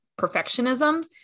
perfectionism